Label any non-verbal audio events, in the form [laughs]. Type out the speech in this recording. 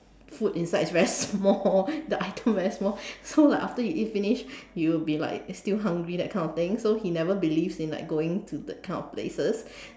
food inside is very small [laughs] the item very small so like after you eat finish you will be like still hungry that kind of thing so he never believe in like going to that kind of places